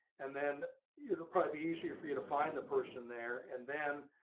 and then it'll probably be easier for you to find the person there, and then